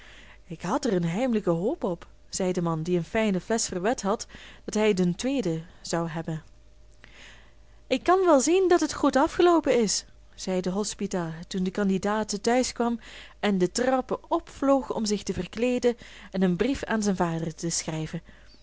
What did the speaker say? ik had er een heimelijke hoop op zei de man die een fijne flesch verwed had dat hij den tweeden zou hebben ik kan wel zien dat het goed afgeloopen is zei de hospita toen de candidaat thuis kwam en de trappen opvloog om zich te verkleeden en een brief aan zijn vader te schrijven